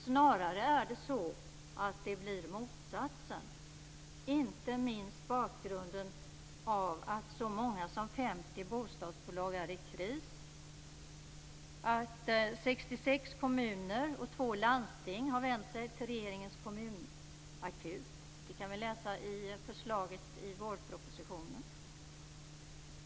Snarare blir effekten den motsatta, inte minst mot bakgrund av att så många som 50 bostadsbolag är i kris och 66 kommuner och 2 landsting har vänt sig till regeringens "kommunakut". Det kan vi läsa i vårpropositionen.